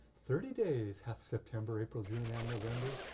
thirty days hath september, april, june and november.